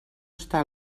està